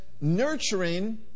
nurturing